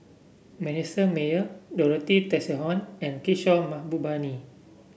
Manasseh Meyer Dorothy Tessensohn and Kishore Mahbubani